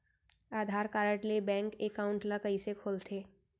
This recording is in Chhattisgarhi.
आधार कारड ले बैंक एकाउंट ल कइसे खोलथे?